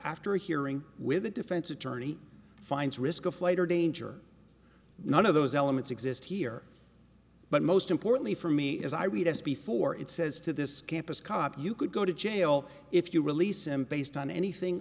after hearing with a defense attorney finds risk of flight or danger none of those elements exist here but most importantly for me as i read us before it says to this campus cop you could go to jail if you release him based on anything